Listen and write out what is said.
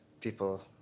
people